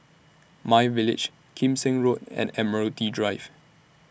MyVillage Kim Seng Road and Admiralty Drive